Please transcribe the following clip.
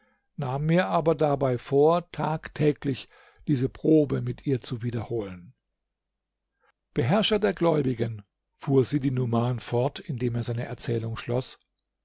nahm mir aber dabei vor tagtäglich diese probe mit ihr zu wiederholen beherrscher der gläubigen fuhr sidi numan fort indem er seine erzählung schloß